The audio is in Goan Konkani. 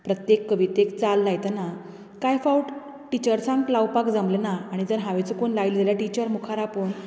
प्रत्येक कवितेक चाल लायतना कांय फावट टिचर्सांक लावपाक जमलें ना आनी जर हांवे चुकून लायलें जाल्यार टिचर मुखार आपोवन